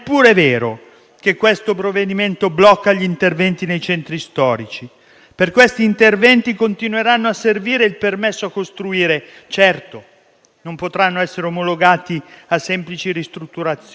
che questo provvedimento blocca gli interventi nei centri storici. Per tali interventi continuerà a servire il permesso a costruire; certo, non potranno essere omologati a semplici ristrutturazioni,